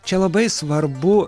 čia labai svarbu